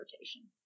rotation